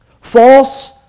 false